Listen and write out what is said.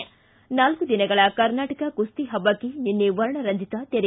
ಿ ನಾಲ್ಲು ದಿನಗಳ ಕರ್ನಾಟಕ ಕುಸ್ತಿ ಹಬ್ಬಕ್ಕೆ ನಿನ್ನೆ ವರ್ಣ ರಂಜಿತ ತೆರೆ